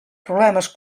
problemes